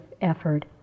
effort